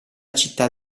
città